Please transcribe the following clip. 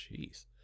Jeez